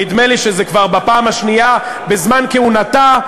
נדמה לי שזה כבר בפעם השנייה בזמן כהונתה,